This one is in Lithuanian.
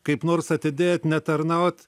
kaip nors atidėt netarnaut